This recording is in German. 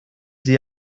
sie